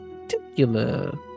particular